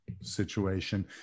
situation